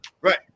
Right